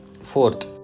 Fourth